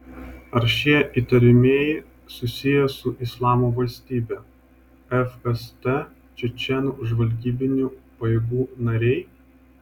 ar šie įtariamieji susiję su islamo valstybe fst čečėnų žvalgybinių pajėgų nariai